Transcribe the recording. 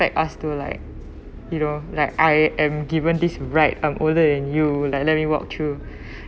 make us to like you know like I am given this right I'm older than you like let me walk through